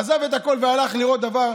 הוא עזב את הכול והלך לראות דבר,